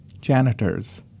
janitors